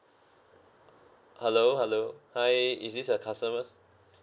hello hello hi is this the customer